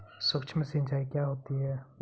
सुक्ष्म सिंचाई क्या होती है?